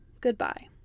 Goodbye